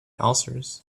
ulcers